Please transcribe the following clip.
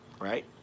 right